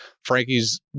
Frankie's